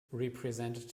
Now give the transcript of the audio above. represented